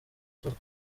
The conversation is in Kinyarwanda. ukwezi